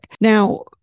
Now